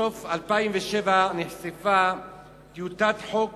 בסוף 2007 נחשפה טיוטת חוק